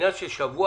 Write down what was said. מרווח של שבוע,